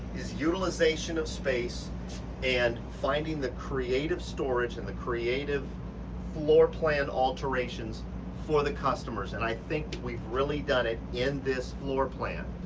is utilization of space and finding the creative storage and the creative floor plan alterations for the customers. and i think we've really done it in this floor plan.